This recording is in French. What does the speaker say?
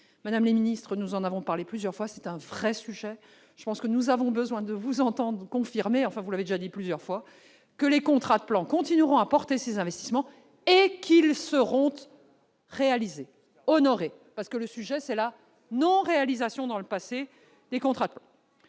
Madame la ministre, nous en avons parlé plusieurs fois, c'est un véritable sujet. Nous avons besoin de vous entendre nous confirmer, même si vous l'avez déjà dit plusieurs fois, que les contrats de plan continueront à porter ces investissements et qu'ils seront honorés et réalisés. En effet, le problème vient de la non-réalisation dans le passé des contrats de plan.